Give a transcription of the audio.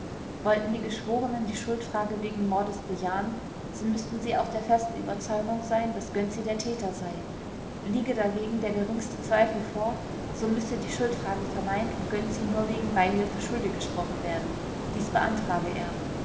wollten die geschworenen die schuldfrage wegen mordes bejahen so müßten sie auch der festen überzeugung sein daß gönczi der täter sei liege dagegen der geringste zweifel vor so müsse die schuldfrage verneint und gönczi nur wegen beihilfe schuldig gesprochen werden dies beantrage er